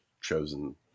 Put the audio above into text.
chosen